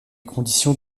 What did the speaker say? conditions